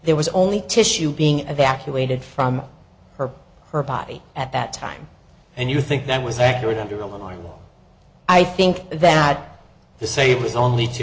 there was only tissue being evacuated from her her body at that time and you think that was accurate under illinois i think that the sabers only t